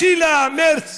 ב-6 במרס